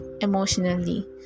emotionally